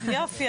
יופי,